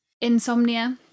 Insomnia